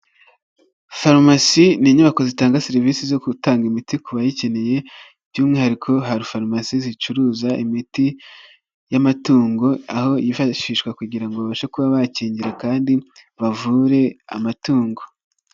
Farumasi ni inyubako zitanga serivisi zo gutanga imiti ku bayikeneye by'umwihariko, hari farumasi zicuruza imiti y'amatungo, aho yifashishwa kugira ngo babashe kuba bakingira kandi bavure amatungo.